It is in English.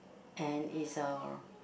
and it's a